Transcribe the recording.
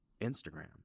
Instagram